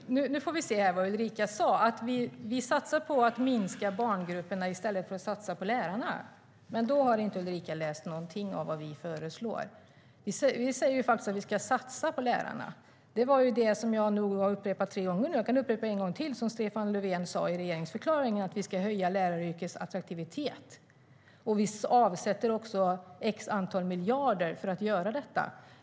Herr talman! Nu höll jag på att kalla talmannen för fru. Ulrika sa att vi satsar på att minska barngruppernas storlek i stället för att satsa på lärarna. Då har inte Ulrika läst någonting av vad vi föreslår. Vi säger att vi ska satsa på lärarna. Jag har nog sagt det tre gånger nu, men jag kan säga det igen: Det var det som Stefan Löfven sa i regeringsförklaringen - att vi ska höja läraryrkets attraktivitet. Vi avsätter också ett visst antal miljarder för att göra detta.